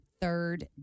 Third